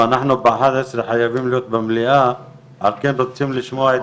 עכשיו רח"ל מקדמת הצעת מחליטים וכרגע הנושא תקוע על